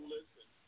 Listen